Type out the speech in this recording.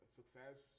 success